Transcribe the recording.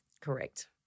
Correct